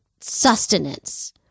sustenance